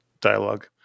dialogue